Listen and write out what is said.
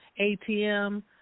ATM